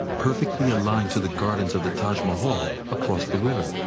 perfectly aligned to the gardens of the taj mahal across the river.